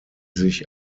sich